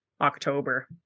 October